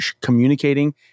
communicating